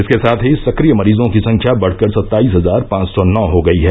इसके साथ ही सक्रिय मरीजों की संख्या बढ़कर सत्ताईस हजार पांच सौ नौ हो गयी है